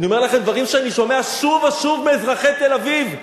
אני אומר לכם דברים שאני שומע שוב ושוב מאזרחי תל-אביב.